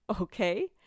Okay